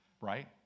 right